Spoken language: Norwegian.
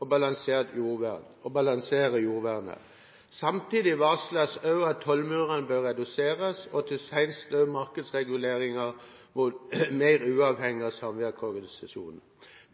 og balansere jordvernet. Samtidig varsles det også at tollmurene bør reduseres og senest også at markedsreguleringene skal gjøres mer uavhengig av samvirkeorganisasjonene.